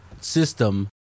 system